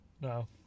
No